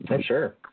Sure